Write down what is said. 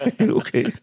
Okay